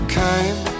came